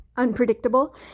unpredictable